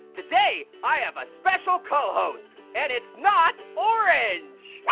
today i have a special cohost, and it's not orange.